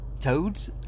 toads